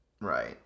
Right